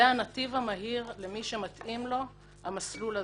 זה הנתיב המהיר למי שמתאים לו המסלול הזה.